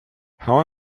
how